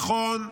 נכון,